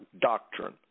doctrine